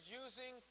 using